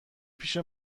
پیش